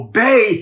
Obey